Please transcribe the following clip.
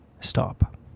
stop